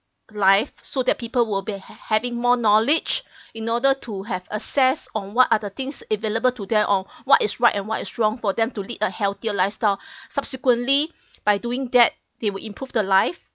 life so that people will be having more knowledge in order to have access on what are the things available to them or what is right and what is wrong for them to lead a healthier lifestyle subsequently by doing that they would improve the life